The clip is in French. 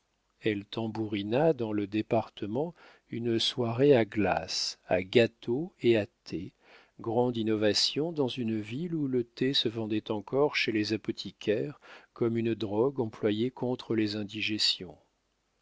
elle tambourina dans le département une soirée à glaces à gâteaux et à thé grande innovation dans une ville où le thé se vendait encore chez les apothicaires comme une drogue employée contre les indigestions